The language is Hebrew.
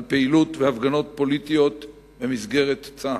על פעילות והפגנות פוליטיות במסגרת צה"ל.